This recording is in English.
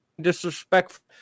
disrespectful